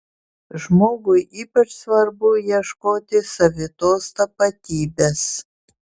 žmogui ypač svarbu ieškoti savitos tapatybės